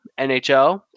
NHL